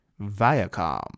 Viacom